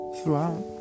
Throughout